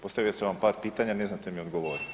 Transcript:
Postavio sam vam par pitanja ne znate mi odgovoriti.